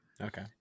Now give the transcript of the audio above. Okay